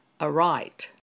aright